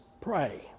pray